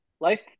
Life